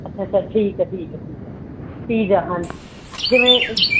ਅੱਛਾ ਅੱਛਾ ਠੀਕ ਹੈ ਠੀਕ ਹੈ ਠੀਕ ਹੈ ਪੀਜਾ ਹਾਂਜੀ ਜਿਵੇਂ